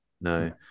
no